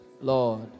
Lord